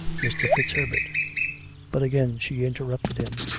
mr. fitzherbert but again she interrupted him.